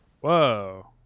Whoa